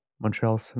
Montreal